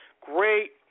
great